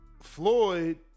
Floyd